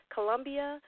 Colombia